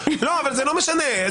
אבל זה לא משנה.